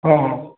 ହଁ ହଁ